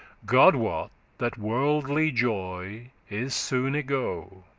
god wot that worldly joy is soon y-go